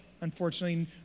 Unfortunately